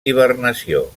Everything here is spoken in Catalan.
hibernació